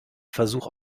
versuch